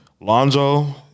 Lonzo